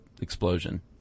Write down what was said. explosion